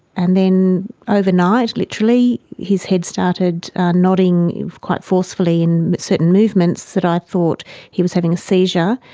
and then overnight literally his head started nodding quite forcefully, and certain movements that i thought he was having a seizure.